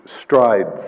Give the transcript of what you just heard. strides